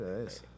nice